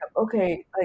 Okay